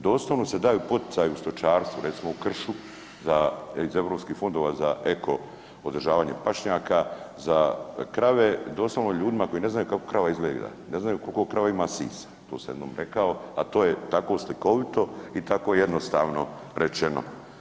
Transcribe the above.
Doslovno se daju poticaji u stočarstvu, recimo u kršu iz europskih fondova za eko održavanje pašnjaka za krave i doslovno ljudima koji ne znaju kako krava izgleda, ne znaju koliko krava ima sisa, to sam jednom rekao a to je tako slikovito i tako jednostavno rečeno.